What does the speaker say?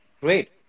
Great